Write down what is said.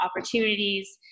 opportunities